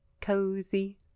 cozy